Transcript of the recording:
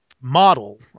model